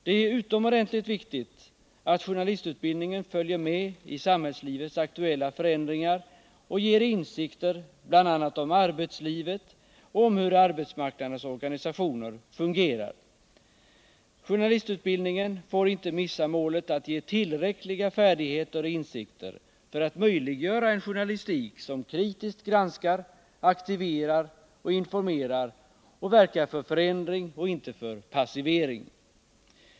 Det är utomordentligt viktigt att journalistutbild ningen följer med i samhällslivets aktuella förändringar och ger insikter bl.a. om arbetslivet och om hur arbetsmarknadens organisationer fungerar. Journalistutbildningen får inte missa målet att ge tillräckliga färdigheter och insikter för att möjliggöra en journalistik som kritiskt granskar, aktiverar och informerar och som verkar för en förändring, inte för passivering.